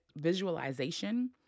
visualization